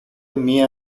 μια